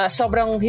sobrang